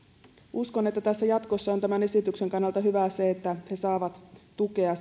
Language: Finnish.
uskon että jatkossa on tämän esityksen kannalta hyvää se että he saavat tukea